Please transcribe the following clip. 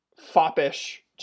foppish